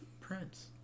Prince